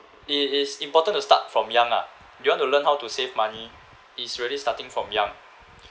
it is important to start from young lah you want to learn how to save money is really starting from young